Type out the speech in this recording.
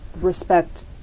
respect